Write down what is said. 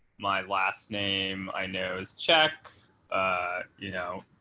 my last name i know is check you know